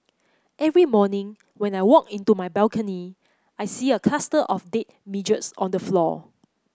every morning when I walk into my balcony I see a cluster of dead midges on the floor